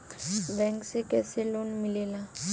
Bank से कइसे loan मिलेला?